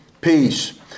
peace